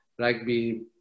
rugby